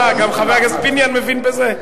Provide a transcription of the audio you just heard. גם חבר הכנסת פיניאן מבין בזה?